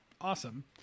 Awesome